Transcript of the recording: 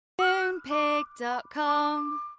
Moonpig.com